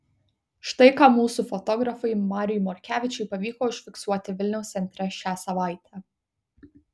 štai ką mūsų fotografui mariui morkevičiui pavyko užfiksuoti vilniaus centre šią savaitę